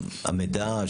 המידע,